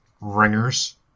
ringers